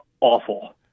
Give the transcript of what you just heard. awful